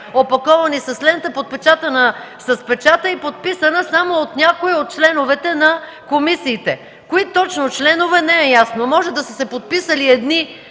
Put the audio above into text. опаковани с лента, подпечатана с печат и подписана само от някои от членовете на комисиите. Кои точно членове не е ясно – може да са се подписали едни,